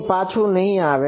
કઈ પાછું નહિ આવે